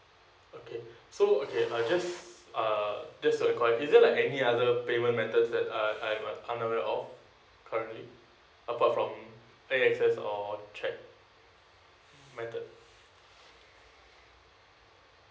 okay so okay I just uh just a enquiry is there like any other payment methods that I'm I'm a partner of currently apart from A_X_S or cheque method